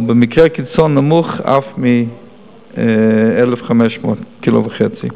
או במקרי קיצון נמוך אף מ-1,500 גרם, קילו וחצי.